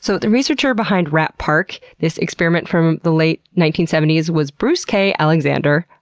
so the researcher behind rat park, this experiment from the late nineteen seventy s, was bruce k. alexander,